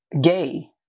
gay